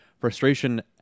frustration